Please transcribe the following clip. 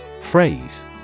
Phrase